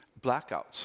blackouts